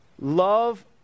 love